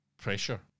pressure